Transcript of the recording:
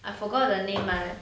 I forgot the name mah